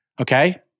okay